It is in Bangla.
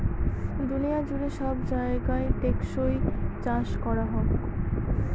দুনিয়া জুড়ে সব জায়গায় টেকসই চাষ করা হোক